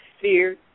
fear